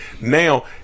Now